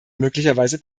möglicherweise